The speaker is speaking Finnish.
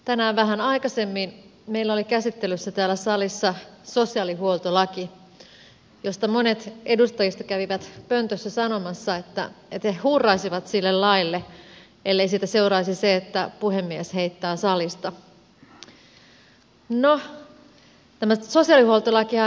tänään vähän aikaisemmin meillä oli käsittelyssä täällä salissa sosiaalihuoltolaki josta monet edustajista kävivät pöntössä sanomassa että he hurraisivat sille laille ellei siitä seuraisi se että puhemies heittää salista